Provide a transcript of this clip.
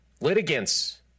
litigants